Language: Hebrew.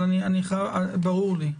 ברור לי,